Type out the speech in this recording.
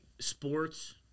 sports